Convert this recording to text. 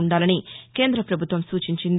ఉండాలని కేంద్ర ప్రభుత్వం సూచించింది